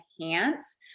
enhance